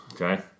Okay